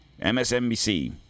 MSNBC